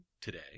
today